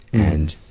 and,